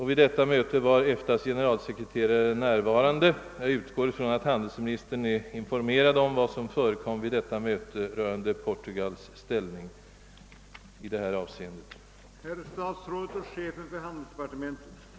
Vid detta möte var EFTA:s generalsekreterare närvarande, och jag utgår ifrån att handelsminstern är informerad om vad som där förekom rörande Portugals ekonomiska ställning och min fråga rörande ett studium av denna genom sekretariatet.